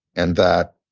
and that,